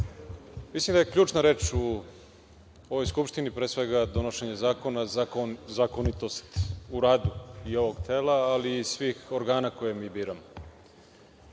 Mislim da je ključna reč u ovoj Skupštini pre svega donošenje zakona, zakonitost u radu i ovog tela, ali i svih organa koje mi biramo.